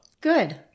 Good